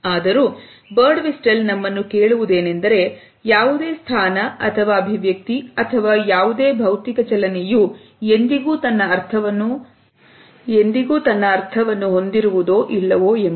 ಆದರೂ ಬರ್ಡ್ವಿಸ್ಟೆಲ್ ನಮ್ಮನ್ನು ಕೇಳುವುದೇನೆಂದರೆ ಯಾವುದೇ ಸ್ಥಾನ ಅಥವಾ ಅಭಿವ್ಯಕ್ತಿ ಅಥವಾ ಯಾವುದೇ ಭೌತಿಕ ಚಲನೆಯು ಎಂದಿಗೂ ತನ್ನ ಅರ್ಥವನ್ನು ಹೊಂದಿರುವುದೋ ಇಲ್ಲವೋ ಇಂಬುದು